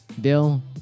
Bill